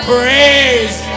Praise